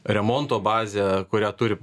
remonto bazę kurią turi